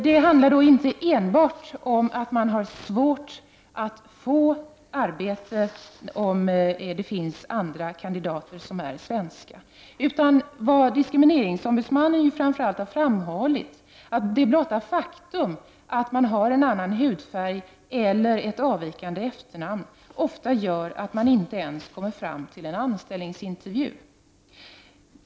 Det handlar inte enbart om att man har svårt att få arbete om det finns andra kandidater som är svenskar, utan vad diskrimineringsombudsmannen framför allt har framhållit är att blott det faktum att man har en annan hudfärg eller ett avvikande efternamn ofta gör att man inte ens kommer fram till en anställningsintervju.